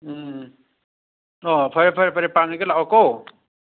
ꯎꯝ ꯑꯣ ꯐꯔꯦ ꯐꯔꯦ ꯐꯔꯦ ꯄꯥꯡꯉꯒꯦ ꯂꯥꯛꯑꯣꯀꯣ